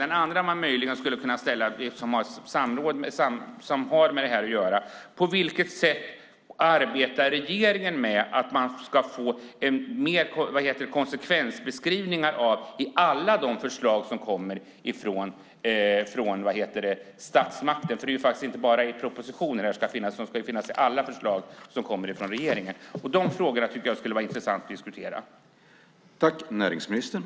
Den andra som man möjligen skulle kunna ställa som har med det här att göra är: På vilket sätt arbetar regeringen med att man ska få mer konsekvensbeskrivningar i alla de förslag som kommer från statsmakten? Det är faktiskt inte bara i propositioner som det här ska finnas. Det ska finnas i alla förslag som kommer från regeringen. De frågorna tycker jag att det skulle vara intressant att diskutera.